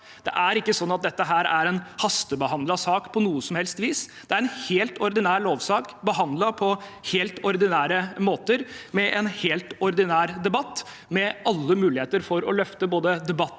Det er ikke sånn at dette er en hastebehandlet sak på noe som helst vis. Det er en helt ordinær lovsak behandlet på helt ordinære måter med en helt ordinær debatt og med alle muligheter for å løfte både debatten og